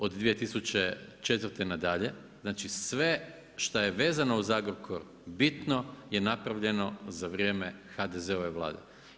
Od 2004. nadalje, znači sve što je vezano uz Agrokor, bitno je napravljeno za vrijeme HDZ-ove Vlade.